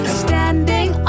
standing